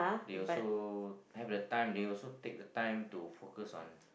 they also have the time they also take the time to focus on